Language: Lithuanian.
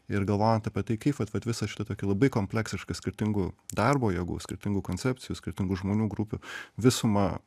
ir galvojant apie tai kaip vat va visą šitą tokį labai kompleksišką skirtingų darbo jėgų skirtingų koncepcijų skirtingų žmonių grupių visumą